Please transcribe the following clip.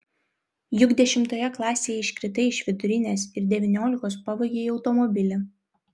juk dešimtoje klasėje iškritai iš vidurinės ir devyniolikos pavogei automobilį